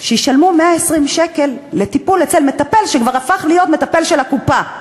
שישלמו 120 שקל לטיפול אצל מטפל שכבר הפך להיות מטפל של הקופה,